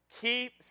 keep